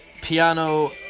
piano